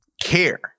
care